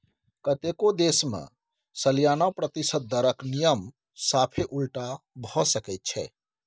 कतेको देश मे सलियाना प्रतिशत दरक नियम साफे उलटा भए सकै छै